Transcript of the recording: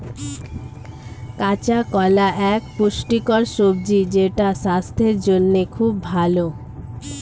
কাঁচা কলা এক পুষ্টিকর সবজি যেটা স্বাস্থ্যের জন্যে খুব ভালো